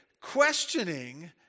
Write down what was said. questioning